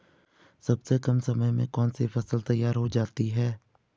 सबसे कम समय में कौन सी फसल तैयार हो जाती है?